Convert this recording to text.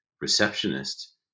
receptionist